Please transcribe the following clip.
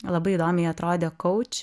labai įdomiai atrodė kauč